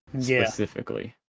specifically